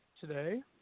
today